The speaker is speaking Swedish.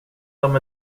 dem